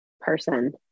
person